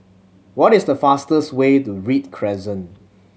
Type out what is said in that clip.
what is the fastest way to Read Crescent